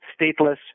stateless